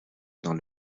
dans